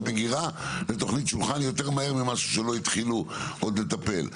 מגירה לתוכנית שולחן יותר ממהר ממה שעוד לא התחילו לטפל בו.